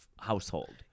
household